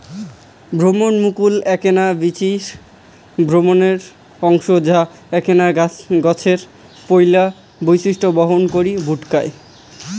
ভ্রুণমুকুল এ্যাকনা বীচি ভ্রূণের অংশ যা এ্যাকনা গছের পৈলা বৈশিষ্ট্য বহন করি ভুকটায়